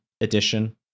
edition